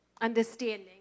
understanding